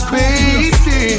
baby